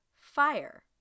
fire